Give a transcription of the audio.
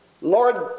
Lord